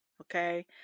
Okay